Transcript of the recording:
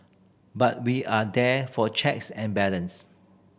but we are there for checks and balances